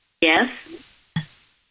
Yes